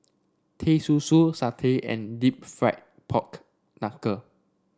Teh Susu Satay and deep fried Pork Knuckle